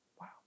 wow